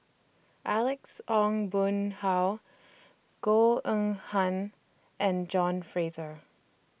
Alex Ong Boon Hau Goh Eng Han and John Fraser